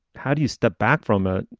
how do you step back from it?